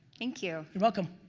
thank you. you're welcome